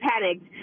panicked